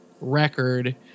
record